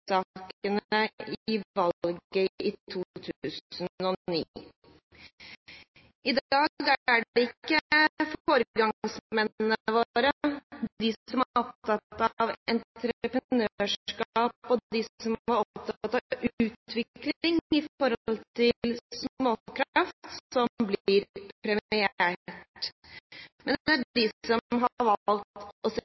i valget i 2009. I dag er det ikke foregangsmennene våre, de som er opptatt av entreprenørskap og de som er opptatt av utvikling i forhold til småkraft, som blir premiert, men det er